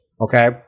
Okay